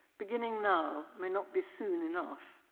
beginning now may not be soon enough.